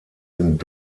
sind